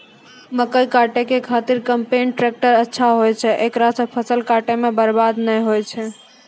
मकई काटै के खातिर कम्पेन टेकटर अच्छा होय छै ऐकरा से फसल काटै मे बरवाद नैय होय छै?